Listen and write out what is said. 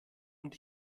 und